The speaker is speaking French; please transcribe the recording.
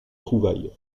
trouvaille